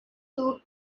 two